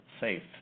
safe